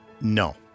No